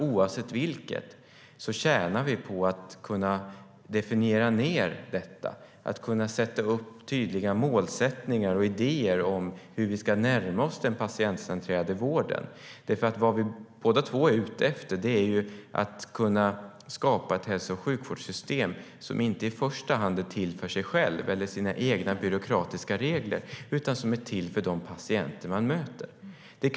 Oavsett vilket tjänar vi på att göra dessa definitioner, att sätta upp tydliga mål och idéer om hur vi ska närma oss den patientcentrerade vården. Vi är båda ute efter att skapa ett hälso och sjukvårdssystem som inte i första hand är till för sig självt eller för sina egna byråkratiska regler utan som är till för de patienter man möter.